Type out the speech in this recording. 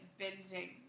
binging